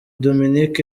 dominic